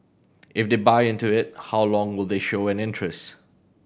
if they buy into it how long will they show an interest